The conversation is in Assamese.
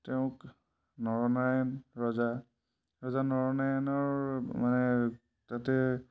তেওঁক নৰনাৰায়ণ ৰজা ৰজা নৰনাৰায়ণৰ মানে তাতে